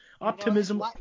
Optimism